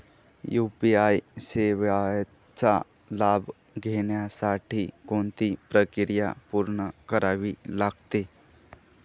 UPI सेवेचा लाभ घेण्यासाठी कोणती प्रक्रिया पूर्ण करावी लागते?